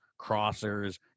crossers